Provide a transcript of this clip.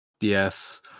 Yes